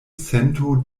sento